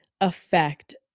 affect